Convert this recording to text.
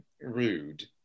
rude